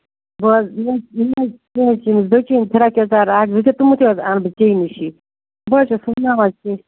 بہٕ حظ مےٚ حظ مےٚ حظ چھِ أمِس بٔچی ہٕنٛدۍ فِراکھ یَزار اَکھ زٕ تہٕ تِم تہِ حظ اَنہٕ بہٕ ژیٚے نِشٕے بہٕ حظ چھَس سُوٕناوان کیٚنٛہہ